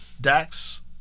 Dax